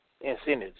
incentives